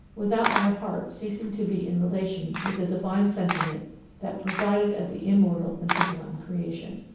without my heart ceasing to be in relation with the divine sentiment that presided at the immortal and sublime creation.